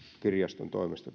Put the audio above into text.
kirjaston toimesta